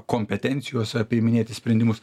kompetencijos priiminėti sprendimus